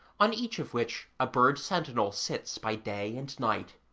on each of which a bird-sentinel sits by day and night.